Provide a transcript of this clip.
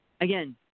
again